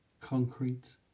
concrete